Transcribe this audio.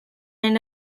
and